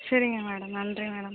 சரிங்க மேடம் நன்றி மேடம்